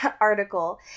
article